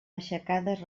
aixecades